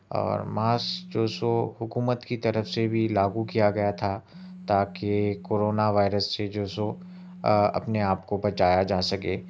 اور ماسک جو سو حکومت کی طرف سے بھی لاگو کیا گیا تھا تاکہ کرونا وائرس سے جو سو اپنے آپ کو بچایا جا سکے